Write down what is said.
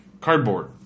cardboard